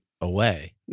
away